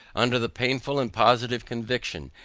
under the painful and positive conviction,